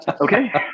Okay